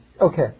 Okay